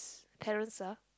~s parents ah